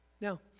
Now